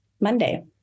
Monday